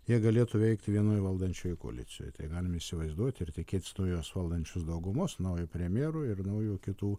jie galėtų veikti vienoj valdančiojoj koalicijoj tai galim įsivaizduoti ir tikėtis naujos valdančios daugumos naujo premjero ir naujų kitų